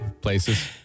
places